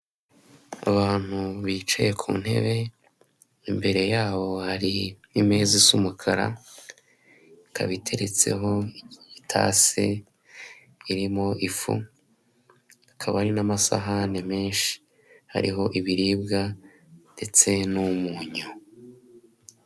Abantu bicaye ku ntebe imbere yabo hari imeza isa umukara ikaba iteretseho itasi irimo ifu akaba ari n'amasahani menshi, hariho ibiribwa ndetse n'umunyu.